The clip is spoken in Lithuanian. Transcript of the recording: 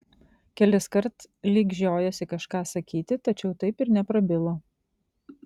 keliskart lyg žiojosi kažką sakyti tačiau taip ir neprabilo